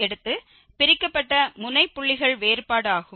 எடுத்து பிரிக்கப்பட்ட முனை புள்ளிகள் வேறுபாடு ஆகும்